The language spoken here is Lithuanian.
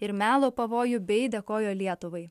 ir melo pavojų bei dėkojo lietuvai